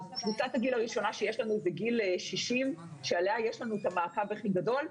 קבוצת הגיל הראשונה שיש לנו בגיל 60 שעליה יש לנו את המעקב הכי גדול,